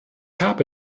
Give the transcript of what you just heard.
habe